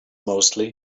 mostly